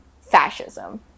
fascism